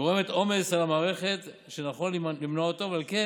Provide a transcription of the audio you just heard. גורמת עומס על המערכת, שנכון למנוע אותו, ועל כן